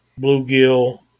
bluegill